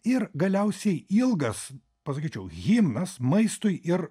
ir galiausiai ilgas pasakyčiau himnas maistui ir